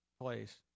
place